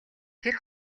тэр